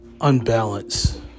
unbalanced